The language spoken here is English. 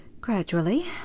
Gradually